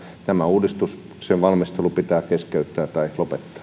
että uudistus ja sen valmistelu pitää keskeyttää tai lopettaa